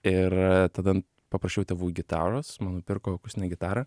ir tada paprašiau tėvų gitaros man nupirko akustinę gitarą